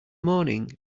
morning